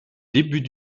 début